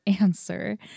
answer